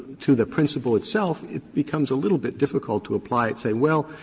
to the principle itself, it becomes a little bit difficult to apply it, say, well,